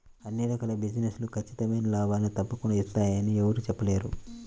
అన్ని రకాల బిజినెస్ లు ఖచ్చితమైన లాభాల్ని తప్పకుండా ఇత్తయ్యని యెవ్వరూ చెప్పలేరు